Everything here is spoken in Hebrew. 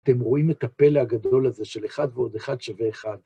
אתם רואים את הפלא הגדול הזה של אחד ועוד אחד שווה אחד.